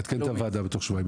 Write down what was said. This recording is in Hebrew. לעדכן את הוועדה בתוך שבועיים,